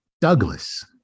Douglas